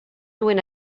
duent